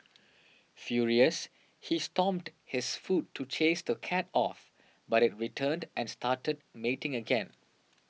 furious he stomped his foot to chase the cat off but it returned and started mating again